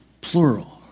plural